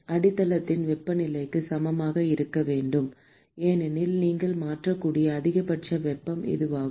அடித்தளத்தின் வெப்பநிலைக்கு சமமாக இருக்க வேண்டும் ஏனெனில் நீங்கள் மாற்றக்கூடிய அதிகபட்ச வெப்பம் இதுவாகும்